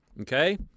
Okay